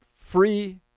free